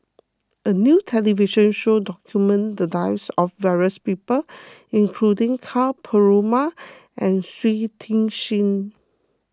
a new television show documented the lives of various people including Ka Perumal and Shui Tit Sing